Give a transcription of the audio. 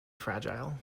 fragile